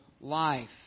life